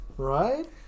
Right